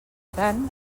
tant